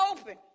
open